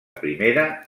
primera